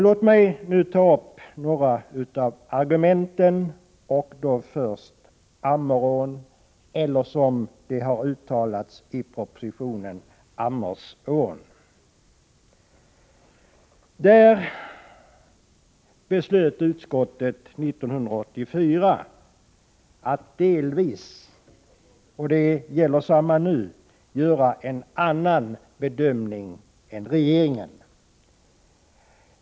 Låt mig nu ta upp några av argumenten och då först beträffande Ammerån eller — som det skrivs i propositionen — Ammersån. Utskottet beslöt 1984 att delvis — och detsamma gäller nu — göra en annan bedömning än regeringen.